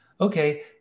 okay